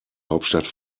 hauptstadt